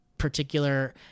particular